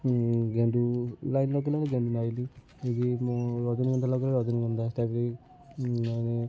ଗେଣ୍ଡୁ ଲାଇନ୍ ଲଗେଇଲେ ଗେଣ୍ଡୁ ଲାଇନ୍ ମୁଁ ରଜନୀଗନ୍ଧା ଲଗେଇଲେ ରଜନୀଗନ୍ଧା